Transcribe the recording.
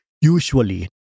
usually